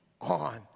on